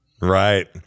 Right